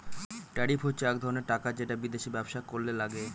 tariff হচ্ছে এক ধরনের টাকা যেটা বিদেশে ব্যবসা করলে লাগে